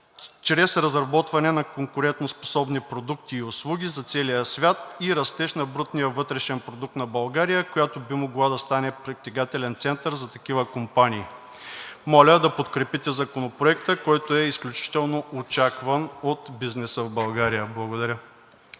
чрез разработване на конкурентоспособни продукти и услуги за целия свят и растеж на брутния вътрешен продукт на България, която би могла да стане притегателен център за такива компании. Моля да подкрепите Законопроекта, който е изключително очакван от бизнеса в България. Благодаря.